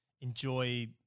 enjoy